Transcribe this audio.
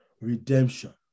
redemption